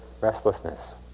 restlessness